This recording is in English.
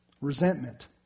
Resentment